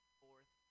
fourth